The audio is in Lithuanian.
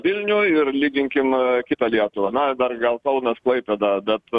vilnių ir lyginkim kitą lietuvą na dar gal kaunas klaipėda bet